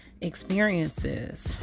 experiences